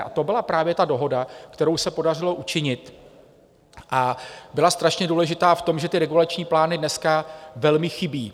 A to byla právě dohoda, kterou se podařilo učinit, a byla strašně důležitá v tom, že regulační plány dneska velmi chybí.